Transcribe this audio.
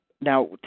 Now